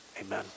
Amen